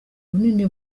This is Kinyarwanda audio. bunini